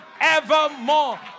Evermore